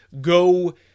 go